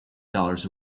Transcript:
dollars